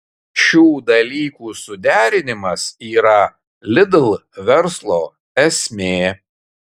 šių dalykų suderinimas yra lidl verslo esmė